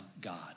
God